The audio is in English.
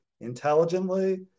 intelligently